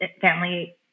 family